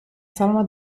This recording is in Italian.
salma